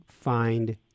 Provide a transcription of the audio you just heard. find